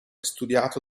studiato